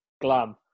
Glam